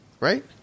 Right